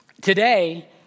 Today